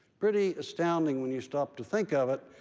pretty astounding when you stop to think of it.